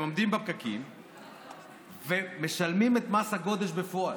הם עומדים בפקקים ומשלמים את מס הגודש בפועל.